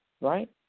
right